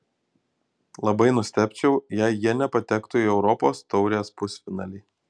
labai nustebčiau jei jie nepatektų į europos taurės pusfinalį